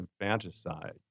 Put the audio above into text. infanticide